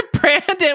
Brandon